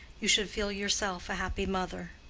you should feel yourself a happy mother.